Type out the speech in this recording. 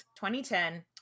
2010